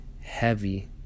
heavy